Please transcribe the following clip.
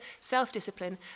self-discipline